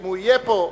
אם הוא יהיה פה,